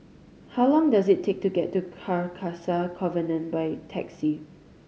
how long does it take to get to Carcasa Convent by taxi